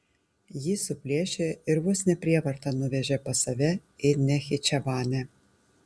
jį suplėšė ir vos ne prievarta nuvežė pas save į nachičevanę